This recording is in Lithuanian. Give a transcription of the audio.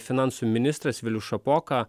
finansų ministras vilius šapoka